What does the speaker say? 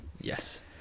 yes